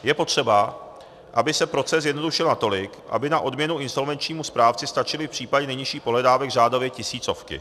Je potřeba, aby se proces zjednodušil natolik, aby na odměnu insolvenčnímu správci stačily v případě nejnižších pohledávek řádově tisícovky.